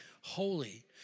holy